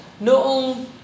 noong